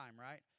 right